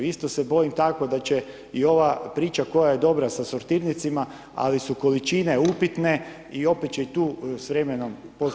Isto se bojim tako da će i ova priča koja je dobra sa sortirnicama, ali su količine upitne i opet će i tu s vremenom postati…